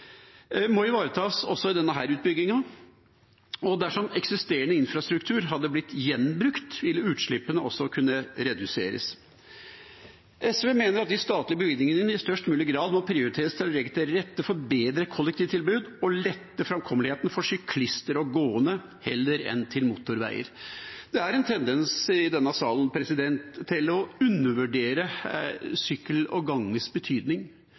må ivaretas også i denne utbyggingen, og dersom eksisterende infrastruktur hadde blitt gjenbrukt, ville utslippene også kunne reduseres. SV mener at de statlige bevilgningene i størst mulig grad må prioriteres til å legge til rette for bedre kollektivtilbud og lette framkommeligheten for syklister og gående, heller enn til motorveier. Det er en tendens i denne salen til å undervurdere sykkel og ganges betydning.